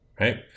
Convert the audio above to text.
right